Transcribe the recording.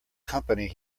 company